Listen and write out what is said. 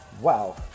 Wow